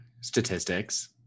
Statistics